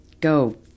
go